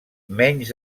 menys